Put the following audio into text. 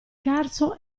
carso